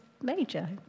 major